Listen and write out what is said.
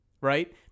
right